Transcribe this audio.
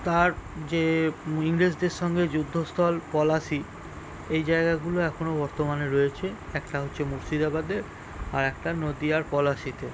তার যে ইংরেজদের সঙ্গে যুদ্ধস্থল পলাশি এই জায়গাগুলো এখনও বর্তমানে রয়েছে একটা হচ্ছে মুর্শিদাবাদে আর একটা নদীয়ার পলাশিতে